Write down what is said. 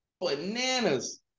bananas